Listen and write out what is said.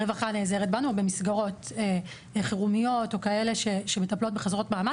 הרווחה נעזרת בנו או במסגרות חירומיות או כאלה שמטפלות בחסרות מעמד,